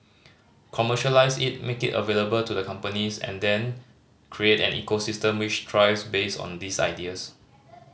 commercialise it make it available to the companies and then create an ecosystem which thrives based on these ideas